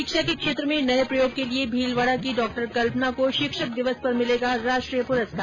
शिक्षा के क्षेत्र में नये प्रयोग के लिये भीलवाडा की डॉ कल्पना को शिक्षक दिवस पर मिलेगा राष्ट्रीय पुरस्कार